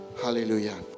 hallelujah